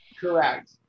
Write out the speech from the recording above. Correct